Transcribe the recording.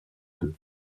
deux